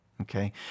Okay